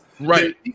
Right